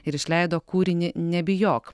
ir išleido kūrinį nebijok